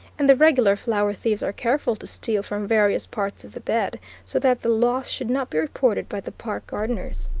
and the regular flower thieves are careful to steal from various parts of the bed so that the loss should not be reported by the park gardeners.